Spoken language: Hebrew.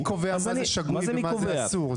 מי קובע מה זה שגוי ומה זה אסור?